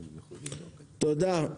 תודה.